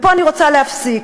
ופה אני רוצה להפסיק.